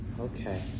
Okay